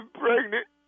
pregnant